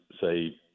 say